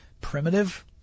primitive